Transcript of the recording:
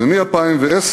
ומ-2010